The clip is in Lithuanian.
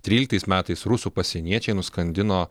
tryliktais metais metais rusų pasieniečiai nuskandino